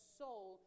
soul